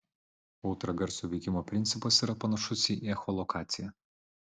ultragarso veikimo principas yra panašus į echolokaciją